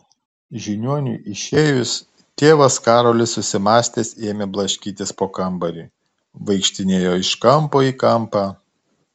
žiniuoniui išėjus tėvas karolis susimąstęs ėmė blaškytis po kambarį vaikštinėjo iš kampo į kampą